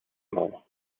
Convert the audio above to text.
small